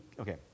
okay